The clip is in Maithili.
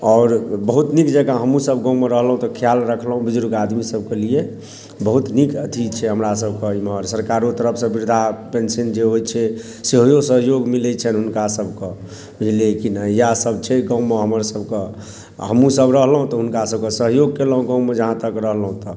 आओर बहुत नीक जेकाँ हमहुँ सब गाँव मे रहलहुॅं तऽ ख्याल राखलहुॅं बुजुर्ग आदमी सबके लिए बहुत नीक अथी छै हमरा सबके इधर सरकारो तरफ सँ वृद्धापेंसन जे होइ छै सेहो सहयोग मिलै छनि हुनका सबके लेकिन इएह सब छै गाँव मे हमर सबके हमहुँ सब रहलहुॅं तऽ हुनका सबके सहयोग केलहुॅं गाँव मे जहाँ तक रहलहुॅं तऽ